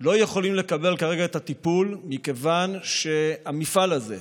לא יכולים לקבל כרגע את הטיפול מכיוון שהמפעל הזה,